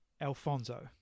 Alfonso